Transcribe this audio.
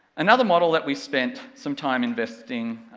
another model that we spent some time investing,